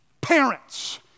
Parents